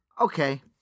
Okay